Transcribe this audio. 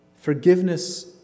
forgiveness